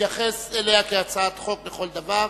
להתייחס אליה כהצעת חוק לכל דבר.